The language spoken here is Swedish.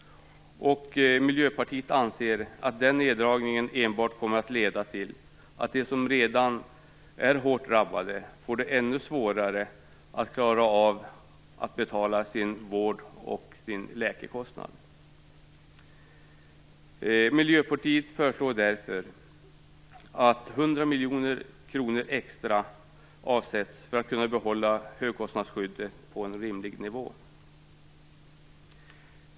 Miljöpartiet anser att den neddragningen enbart kommer att leda till att de som redan är hårt drabbade får det ännu svårare när det gäller att betala sin vård och att klara sina läkarkostnader. Miljöpartiet föreslår därför att 100 miljoner kronor extra avsätts för att det skall gå att behålla högkostnadsskyddet på en rimlig nivå.